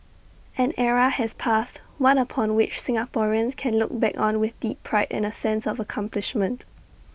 an era has passed one upon which Singaporeans can look back on with deep pride and A sense of accomplishment